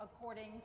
according